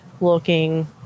looking